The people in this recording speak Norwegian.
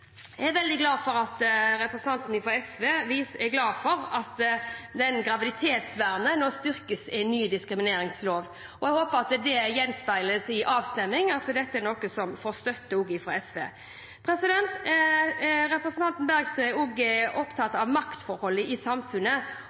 SV er glad for at graviditetsvernet nå styrkes i den nye diskrimineringsloven, og jeg håper at det gjenspeiles i avstemningen og at dette er noe som får støtte også fra SV. Representanten Bergstø er også opptatt av maktforholdene i samfunnet,